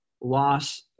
loss